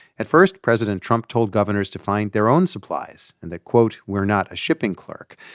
at first, president trump told governors to find their own supplies and that, quote, we're not a shipping clerk.